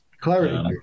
Clarity